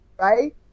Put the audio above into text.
Right